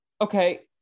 okay